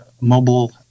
mobile